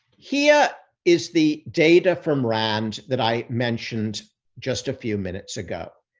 here is the data from rand that i mentioned just a few minutes ago,